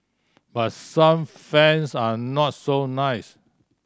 but some fans are not so nice